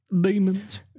Demons